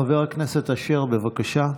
חבר הכנסת אשר, בבקשה.